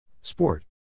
Sport